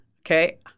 Okay